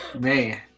man